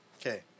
okay